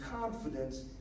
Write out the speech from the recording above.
confidence